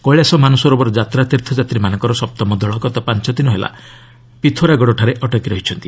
କେଳାଶ ମାନସରୋବର ଯାତ୍ରା ତୀର୍ଥଯାତ୍ରୀମାନଙ୍କର ସପ୍ତମ ଦଳ ଗତ ପାଞ୍ଚ ଦିନ ହେଲା ଇଥୋରାଗଡ଼ଠାରେ ଅଟକି ରହିଛନ୍ତି